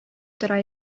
тора